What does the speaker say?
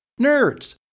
Nerds